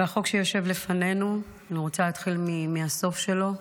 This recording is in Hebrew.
והחוק שיושב לפנינו, אני רוצה להתחיל מהסוף שלו.